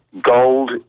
gold